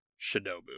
Shinobu